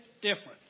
different